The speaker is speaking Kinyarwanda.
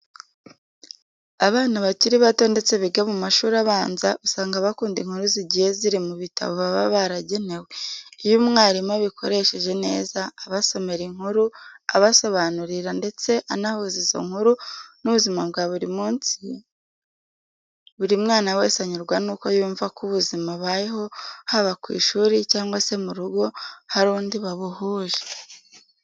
Abana bakiri bato ndetse biga mu mashuri abanza, usanga bakunda inkuru zigiye ziri mu bitabo baba baragenewe. Iyo umwarimu abikoresheje neza, abasomera inkuru, abasobanurira ndetse anahuza izo nkuru n'ubuzima bwa buri munsi, buri mwana wese anyurwa nuko yumva ko ubuzima abayeho haba ku ishuri cyangwa se mu rugo hari undi babuhuje.